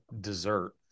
dessert